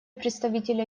представителя